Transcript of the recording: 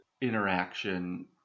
interaction